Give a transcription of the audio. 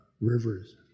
rivers